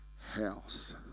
house